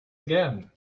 again